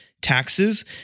taxes